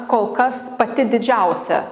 kol kas pati didžiausia